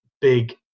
big